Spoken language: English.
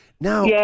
Now